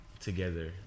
together